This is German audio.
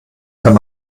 kann